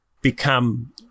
become